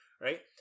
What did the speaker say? right